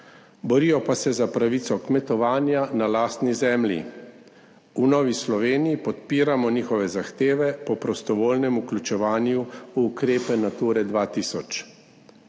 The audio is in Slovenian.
Borijo pa se za pravico kmetovanja na lastni zemlji. V Novi Sloveniji podpiramo njihove zahteve po prostovoljnem vključevanju v ukrepe Nature 2000.